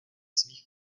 svých